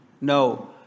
No